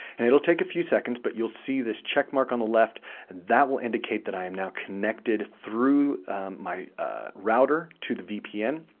and it'll take a few seconds, but you'll see this check mark on the left that will indicate that i am now connected through my router to the vpn,